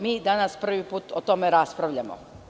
Mi danas prvi put o tome raspravljamo.